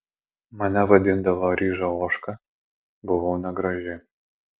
mane vadindavo ryža ožka buvau negraži